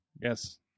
Yes